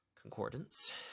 Concordance